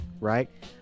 Right